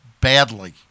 badly